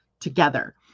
together